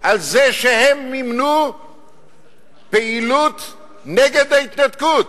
על זה שהן מימנו פעילות נגד ההתנתקות.